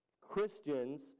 Christians